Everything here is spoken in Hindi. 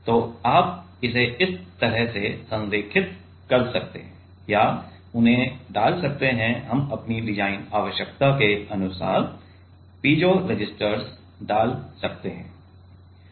तो आप इसे इस तरह से संरेखित कर सकते हैं या उन्हें डाल सकते हैं हम अपनी डिजाइन आवश्यकता के अनुसार पीजो रेसिस्टर्स डाल सकते हैं